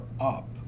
up